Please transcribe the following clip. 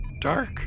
Dark